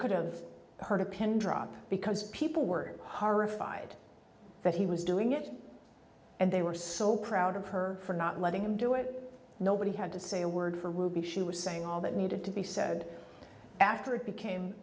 could've heard a pin drop because people were horrified that he was doing it and they were so proud of her for not letting him do it nobody had to say a word for ruby she was saying all that needed to be said after it became